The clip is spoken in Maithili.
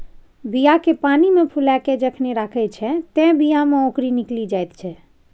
बीया केँ पानिमे फुलाए केँ जखन राखै छै तए बीया मे औंकरी निकलि जाइत छै